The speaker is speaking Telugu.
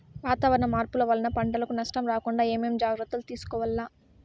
వాతావరణ మార్పులు వలన పంటలకు నష్టం రాకుండా ఏమేం జాగ్రత్తలు తీసుకోవల్ల?